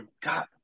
God